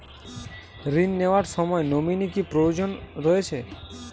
ঋণ নেওয়ার সময় নমিনি কি প্রয়োজন রয়েছে?